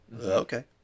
Okay